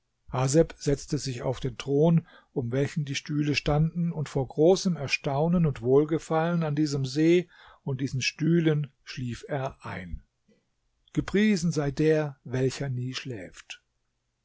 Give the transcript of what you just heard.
setzte sich auf den thron um welchen die stühle standen und vor großem erstaunen und wohlgefallen an diesem see und diesen stühlen schlief er ein